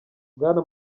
bwana